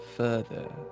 further